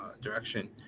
direction